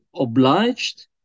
obliged